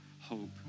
hope